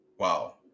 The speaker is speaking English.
Wow